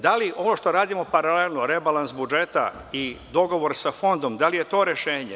Da li ono što radimo paralelno, rebalans budžeta i dogovor sa fondom, da li je to rešenje?